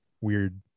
weird